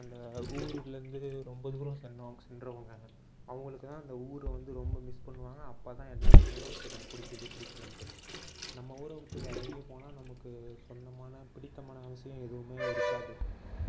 அந்த ஊருலேருந்து ரொம்ப தூரம் சென்றவங்க அவுங்களுக்குதான் அந்த ஊரை வந்து ரொம்ப மிஸ் பண்ணுவாங்க அப்போதான் எல்லா விஷயமும் தெரியுது பிடிக்கிது பிடிக்கிலன்ட்டு நம்ம ஊரை விட்டு வேறெங்கேயும் போனால் நமக்கு சொந்தமான பிடித்தமான விஷயம் எதுவுமே இருக்காது